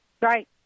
Right